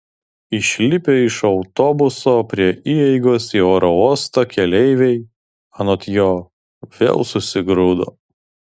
išlipę iš autobuso prie įeigos į oro uostą keleiviai anot jo vėl susigrūdo